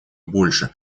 больше